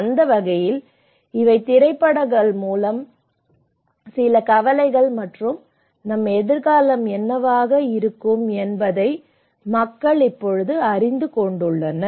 அந்த வகையில் இவை திரைப்படங்கள் மூலம் சில கவலைகள் மற்றும் நம் எதிர்காலம் என்னவாக இருக்கும் என்பதை மக்கள் இப்போது அறிந்துகொண்டுள்ளனர்